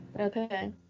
Okay